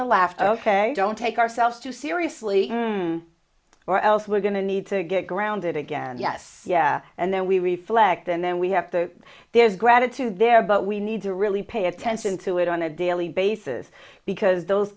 the laughter ok don't take ourselves too seriously or else we're going to need to get grounded again yes and then we reflect and then we have to there's gratitude there but we need to really pay attention to it on a daily basis because those